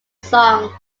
song